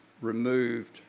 removed